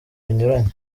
binyuranye